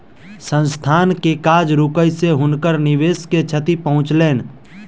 संस्थान के काज रुकै से हुनकर निवेश के क्षति पहुँचलैन